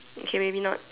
okay maybe not